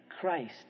Christ